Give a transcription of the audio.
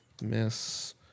miss